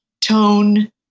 tone